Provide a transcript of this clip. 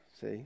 see